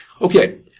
Okay